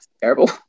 terrible